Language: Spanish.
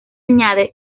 añade